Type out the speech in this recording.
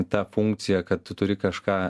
tą funkciją kad tu turi kažką